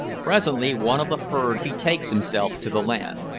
presently one of the herd betakes himself to the land.